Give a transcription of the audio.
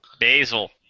Basil